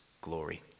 glory